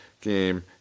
Game